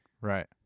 Right